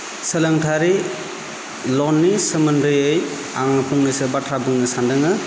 सोलोंथाइयारि लननि सोमोन्दै आं फंनैसो बाथ्रा बुंनो सान्दोङो